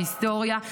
בהיסטוריה,